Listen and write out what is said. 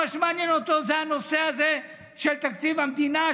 מה שמעניין אותו זה הנושא הזה של תקציב המדינה,